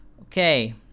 Okay